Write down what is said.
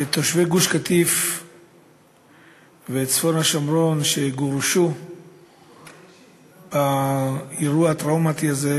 ותושבי גוש-קטיף וצפון השומרון שגורשו באירוע הטראומטי הזה,